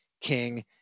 King